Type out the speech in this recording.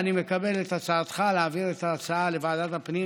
ואני מקבל את הצעתך להעביר את ההצעה לוועדת הפנים,